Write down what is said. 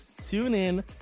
TuneIn